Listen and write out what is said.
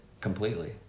completely